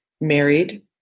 married